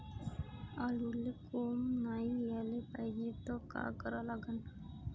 आलूले कोंब नाई याले पायजे त का करा लागन?